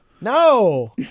No